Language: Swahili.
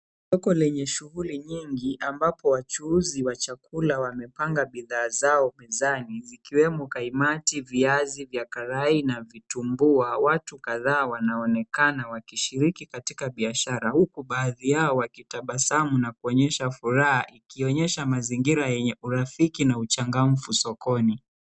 Soko lenye shughuli nyingi ambapo wachuuzi wa chakula wamepanga bidhaa zao mezani zikiwemo kaimati, viazi vya karai na vitumbua. Watu kadhaa wanaonekana wakishiriki katika biashara huku baadhi yao wakitabasamu na kuonyesha furaha ikionyesha mazingira yenye urafiki na uchangamfu sokoni.